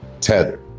tether